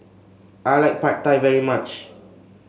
I like Pad Thai very much